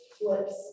flips